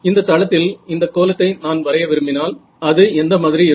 இந்த தளத்தில் இந்த கோலத்தை நான் வரைய விரும்பினால் அது எந்த மாதிரி இருக்கும்